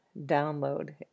download